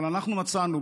אבל אנחנו מצאנו,